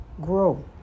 Grow